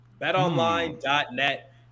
betonline.net